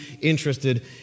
interested